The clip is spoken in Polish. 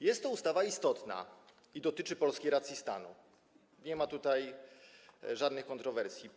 Jest to ustawa istotna i dotyczy polskiej racji stanu, nie ma tutaj żadnych kontrowersji.